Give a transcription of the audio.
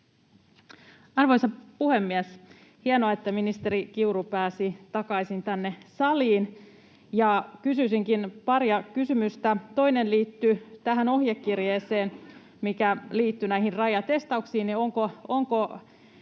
Arvoisa puhemies! Hienoa, että ministeri Kiuru pääsi takaisin tänne saliin. Kysyisinkin pari kysymystä. Toinen liittyy tähän ohjekirjeeseen, mikä liittyi näihin rajatestauksiin.